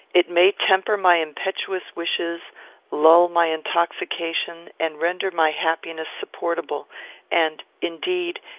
it may temper my impetuous wishes lull my intoxication and render my happiness supportable and, indeed,